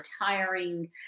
retiring